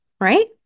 right